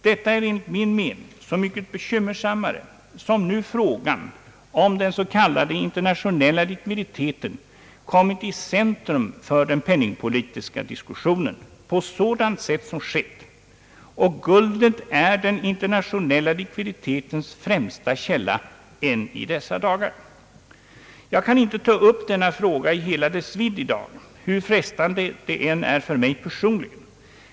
Detta är enligt min mening så mycket bekymmersammare som nu frågan om den s.k. internationella likviditeten kommit i centrum för den penningpolitiska diskussionen på sådant sätt som skett — och guldet är den nationella likviditetens främsta källa än 1 dessa dagar. Jag kan inte ta upp denna fråga i hela dess vidd i dag, hur frestande det än är för mig personligen.